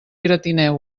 gratineu